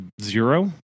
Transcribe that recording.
zero